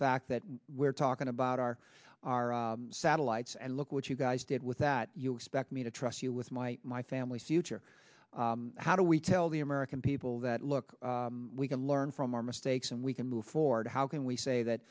fact that we're talking about our satellites and look what you guys did with that you expect me to trust you with my family suture how do we tell the american people that look we can learn from our mistakes and we can move forward how can we say